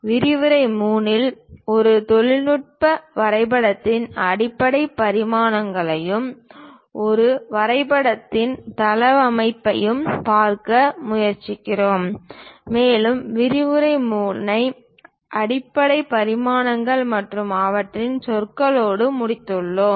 விரிவுரை 3 இல் ஒரு தொழில்நுட்ப வரைபடத்தின் அடிப்படை பரிமாணங்களையும் ஒரு வரைபடத்தின் தளவமைப்பையும் பார்க்க முயற்சிக்கிறோம் மேலும் விரிவுரை 3 ஐ அடிப்படை பரிமாணங்கள் மற்றும் அவற்றின் சொற்களோடு முடித்துள்ளோம்